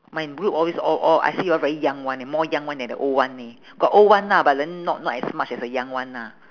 my group always all all I see all very young [one] leh more young one than the old one leh got old one lah but then not not as much as the young one lah